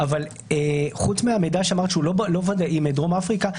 אבל חוץ מהמידע שאמרת שהוא לא ודאי מדרום אפריקה,